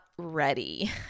Ready